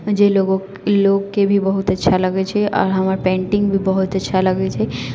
जे लोगो लोगके भी बहुत अच्छा लगै छै आओर हमर पेन्टिङ्ग भी बहुत अच्छा लगै छै